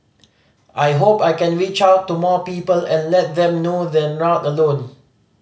I hope I can reach out to more people and let them know they're not alone